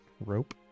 rope